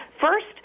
first